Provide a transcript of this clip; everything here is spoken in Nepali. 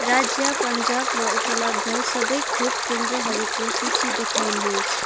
राज्य पन्जाबमा उपलब्ध सबै खोप केन्द्रहरूको सूची देखाउनुहोस्